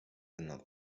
another